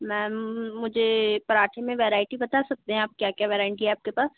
ma'am मुझे पराठे में वेरायटी बता सकते हैं आप क्या क्या वेरायटी है आपके पास